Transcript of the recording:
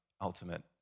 ultimate